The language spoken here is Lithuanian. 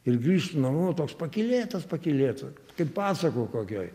ir grįštu namo toks pakylėtas pakylėta kaip pasako kokioj